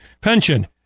pension